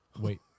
Wait